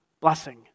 blessing